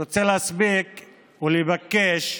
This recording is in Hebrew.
אני רוצה להספיק ולבקש: